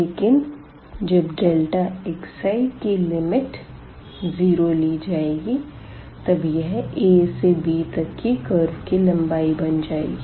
लेकिन जब xi की लिमिट 0 ली जाएगी तब यह a से b तक की कर्व की लम्बाई बन जाएगी